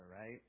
right